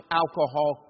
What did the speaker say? alcohol